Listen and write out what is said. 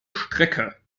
strecke